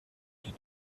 die